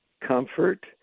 comfort